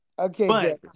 Okay